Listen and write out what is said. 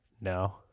No